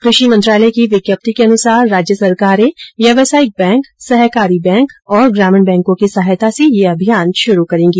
कृषि मंत्रालय की विज्ञप्ति के अनुसार राज्य सरकारें व्यावसायिक बैंक सहकारी बैंक और ग्रामीण बैंको की सहायता से यह अभियान शुरु करेंगी